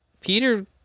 Peter